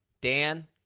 dan